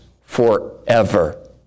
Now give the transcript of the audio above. forever